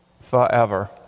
forever